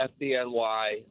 FDNY